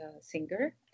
singer